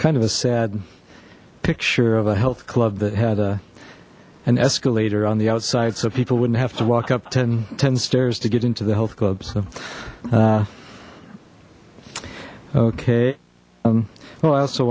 kind of a sad picture of a health club that had a an escalator on the outside so people wouldn't have to walk up ten ten stairs to get into the health club so okay um well i also